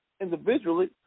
individually